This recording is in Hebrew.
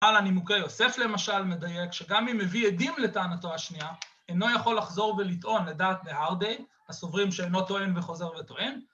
‫על הנימוקי יוסף, למשל, מדייק, ‫שגם אם מביא עדים לטענתו השנייה, ‫אינו יכול לחזור ולטעון לדעת נהרדי, ‫הסוברים שאינו טוען וחוזר וטוען.